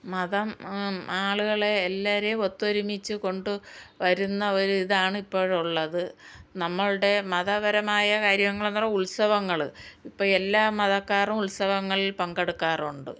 മതം ആളുകളെ എല്ലാവരെയും ഒത്തൊരുമിച്ചു കൊണ്ട് വരുന്ന ഒരിതാണ് ഇപ്പോഴുള്ളത് നമ്മളുടെ മതപരമായ കാര്യങ്ങളെന്ന് പറഞ്ഞാൽ ഉത്സവങ്ങൾ ഇപ്പോൾ എല്ലാ മതക്കാരും ഉത്സവങ്ങളിൽ പങ്കെടുക്കാറുണ്ട്